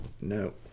No